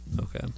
Okay